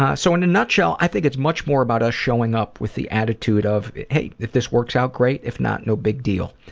ah so in a nutshell, i think it's much more about us showing up with the attitude of hey, if this works out, great, if not, no big deal.